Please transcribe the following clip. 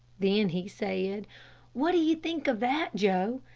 then he said, what do you think of that, joe?